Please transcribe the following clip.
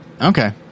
Okay